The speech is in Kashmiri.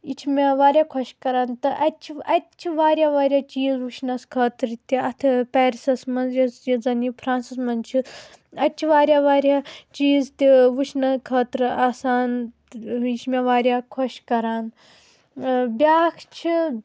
یہِ چھِ مےٚ واریاہ خۄش کَران تہٕ اَتہِ چھِ اَتہِ چھِ واریاہ واریاہ چیٖز وٕچھنَس خٲطرٕ تہِ اَتھٕ پیرِسَس منٛز یۄس ییٚتہِ زَن یہِ فرٛانٛسَس منٛز چھِ اَتہِ چھِ واریاہ واریاہ چیٖز تہِ وٕچھنہٕ خٲطرٕ آسان یہِ چھِ مےٚ واریاہ خۄش کَران بیٛاکھ چھِ